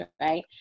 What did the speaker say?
right